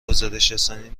گزارشرسانی